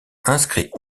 inscrit